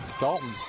Dalton